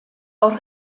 jorge